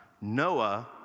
Noah